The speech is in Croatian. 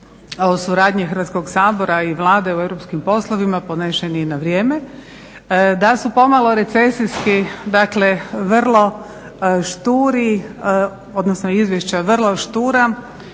o suradnji Hrvatskog sabora i Vlade u europskim poslovima podnešeni na vrijeme, da su pomalo recesijski, dakle vrlo šturi, odnosno izvješća vrlo štura